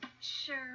Sure